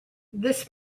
this